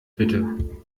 bitte